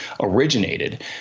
originated